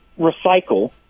recycle